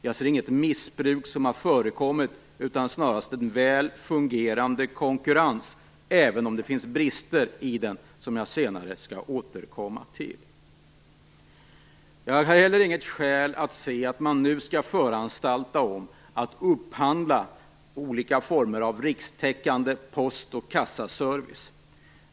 Jag ser inte att något missbruk har förekommit, utan det har snarast varit en väl fungerande konkurrens - även om det finns brister i den, som jag senare skall återkomma till. Det finns heller inget skäl för att nu föranstalta om upphandling av olika former av rikstäckande postoch kassaservice.